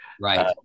Right